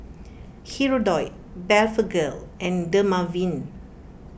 Hirudoid Blephagel and Dermaveen